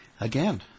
Again